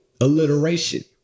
alliteration